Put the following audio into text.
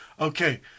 okay